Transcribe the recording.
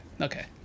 okay